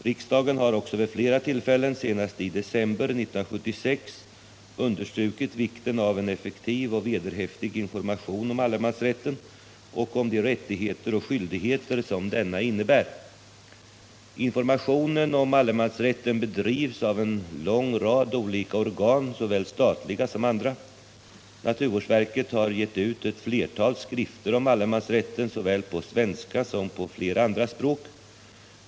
Riksdagen har också vid flera tillfällen, senast i december 1976, understrukit vikten av en effektiv och vederhäftig information om allemansrätten och om de rättigheter och skyldigheter som denna innebär. Information om allemansrätten bedrivs av en lång rad olika organ, såväl statliga som andra. Naturvårdsverket har gett ut ett flertal skrifter om allemansrätten såväl på svenska som på flera andra språk.